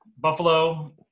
Buffalo